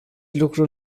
lucru